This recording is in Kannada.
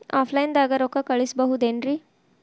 ಆಫ್ಲೈನ್ ದಾಗ ರೊಕ್ಕ ಕಳಸಬಹುದೇನ್ರಿ?